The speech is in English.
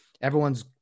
Everyone's